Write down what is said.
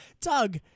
Doug